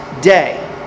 day